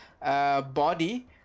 body